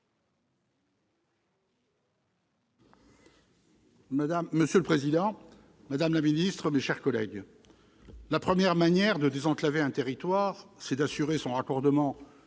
Monsieur le président, madame la ministre, mes chers collègues, la première manière de désenclaver un territoire, c'est d'assurer son raccordement